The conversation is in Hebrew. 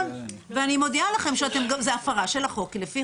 ואני מודיעה לכם שזו גם הפרה של החוק כי לפי